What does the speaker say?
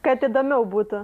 kad įdomiau būtų